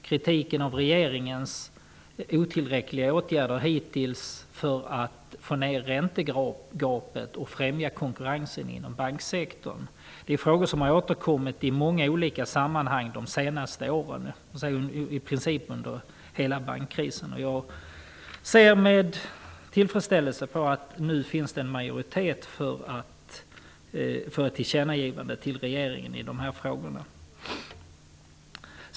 Kritiken av regeringens hittills otillräckliga åtgärder för att minska räntegapet och främja konkurrensen inom banksektorn har återkommit i många olika sammanhang under de senaste åren, i princip under hela bankkrisen. Jag ser med tillfredsställelse att det nu finns en majoritet för ett tillkännagivande till regeringen i dessa frågor.